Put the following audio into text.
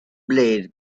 blade